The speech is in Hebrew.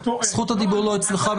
זכות הדיבור לא אצלך.